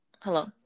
hello